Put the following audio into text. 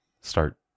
start